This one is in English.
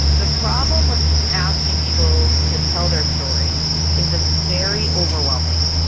the problem with asking people to tell their story is its very overwhelming.